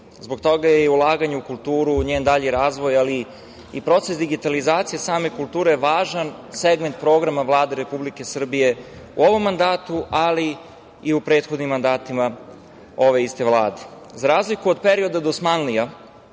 Zbog toga je i ulaganje u kulturu u njen dalji razvoj, ali i proces digitalizacije same kulture važan segment programa Vlade Republike Srbije u ovom mandatu, ali i u prethodnim mandatima ove iste Vlade.Za razliku od perioda dosmanlija,